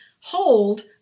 hold